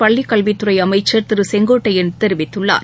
பள்ளிக்கல்வித் துறை அமைச்சர் திரு செங்கோட்டையன் தெரிவித்துள்ளார்